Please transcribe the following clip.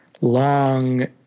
long